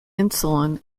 insulin